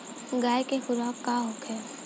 गाय के खुराक का होखे?